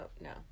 no